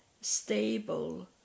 stable